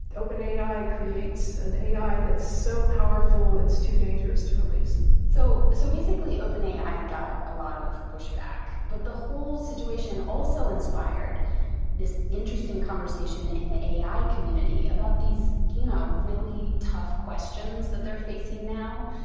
openai creates an ai that's so powerful. it's too dangerous to release. so so basically openai got a lot of pushback, but the whole situation also inspired this interesting conversation in the ai community about these, you know, really tough questions that they're facing now,